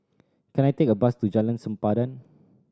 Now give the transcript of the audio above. can I take a bus to Jalan Sempadan